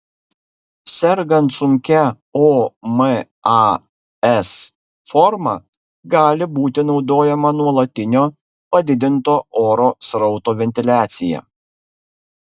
sergant sunkia omas forma gali būti naudojama nuolatinio padidinto oro srauto ventiliacija